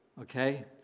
okay